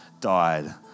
died